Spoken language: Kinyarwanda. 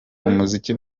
umuziki